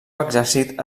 exèrcit